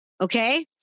Okay